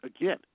again